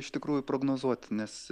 iš tikrųjų prognozuot nes